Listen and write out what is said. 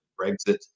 Brexit